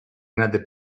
another